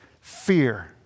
Fear